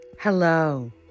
Hello